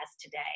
today